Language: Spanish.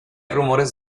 rumores